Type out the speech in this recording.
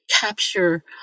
capture